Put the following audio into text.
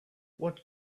what